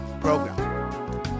program